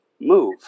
move